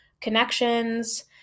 connections